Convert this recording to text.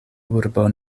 urbo